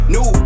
New